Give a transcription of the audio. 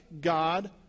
God